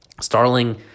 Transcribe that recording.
Starling